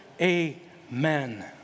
amen